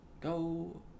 go